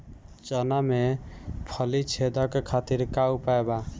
चना में फली छेदक खातिर का उपाय बा?